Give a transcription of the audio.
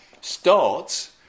starts